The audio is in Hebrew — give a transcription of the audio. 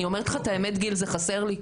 אני אומרת לך את האמת, גיל - זה חסר לי.